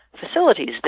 facilities